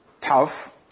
tough